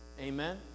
Amen